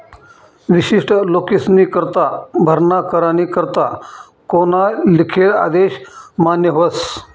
विशिष्ट लोकेस्नीकरता भरणा करानी करता कोना लिखेल आदेश मान्य व्हस